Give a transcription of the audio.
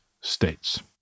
States